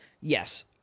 yes